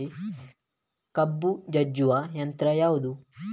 ಕಬ್ಬು ಜಜ್ಜುವ ಯಂತ್ರ ಯಾವುದು?